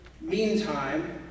meantime